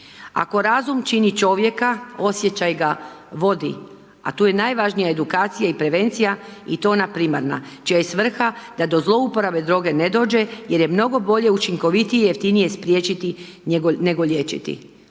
Ako razum čini čovjeka, osjećaj ga vodi da tu je najvažnija edukacija i prevencija i to ona primarna čija je svrha da do zlouporabe droge ne dođe jer je mnogo bolje, učinkovitije, jeftinije spriječiti nego liječiti.